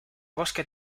bosque